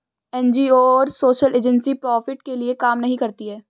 NGO और social agency profit के लिए काम नहीं करती है